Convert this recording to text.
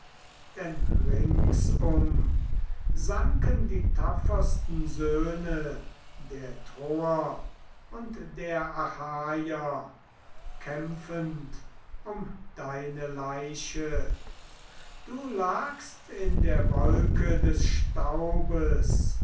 denn ringsum sanken die tapfersten söhne der troer und der achaier kämpfend um deine leiche du lagst in der wolke des staubes